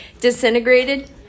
disintegrated